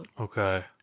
Okay